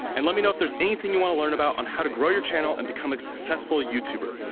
and let me know if there's anything you wanna learn about on how to grow your channel and become a successful youtuber.